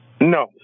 no